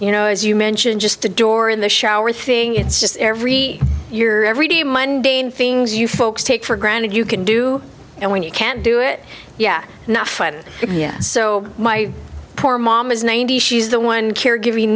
you know as you mentioned just the door in the shower thing it's just every year every day monday and things you folks take for granted you can do and when you can't do it yeah enough yes so my poor mom is ninety she's the one caregiv